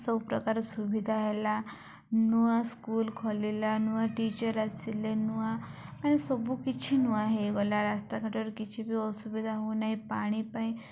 ସବୁପ୍ରକାର ସୁବିଧା ହେଲା ନୂଆ ସ୍କୁଲ୍ ଖୋଲିଲା ନୂଆ ଟିଚର୍ ଆସିଲେ ନୂଆ ମାନେ ସବୁ କିିଛି ନୂଆ ହୋଇଗଲା ରାସ୍ତାଘାଟରେ କିଛି ବି ଅସୁବିଧା ହେଉନାହିଁ ପାଣି ପାଇଁ